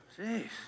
Jeez